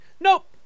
Nope